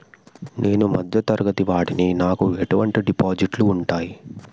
నేను మధ్య తరగతి వాడిని నాకు ఎటువంటి డిపాజిట్లు ఉంటయ్?